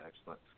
Excellent